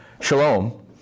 shalom